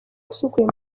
usukuye